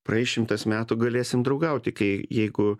praeis šimtas metų galėsim draugauti kai jeigu